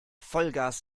vollgas